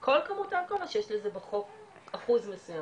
כל כמות אלכוהול או שיש לזה בחוק אחוז מסוים?